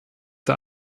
der